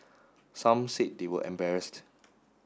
some said they were embarrassed